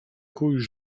kuj